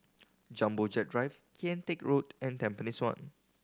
Jumbo Jet Drive Kian Teck Road and Tampines One